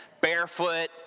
barefoot